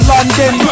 London